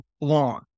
long